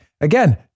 Again